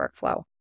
workflow